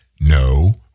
No